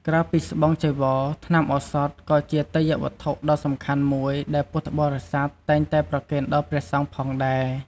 ក្រៅពីស្បង់ ចីវរ ថ្នាំឱសថ ក៏ជាទេយ្យវត្ថុដ៏សំខាន់មួយដែលពុទ្ធបរិស័ទតែងតែប្រគេនដល់ព្រះសង្ឃផងដែរ។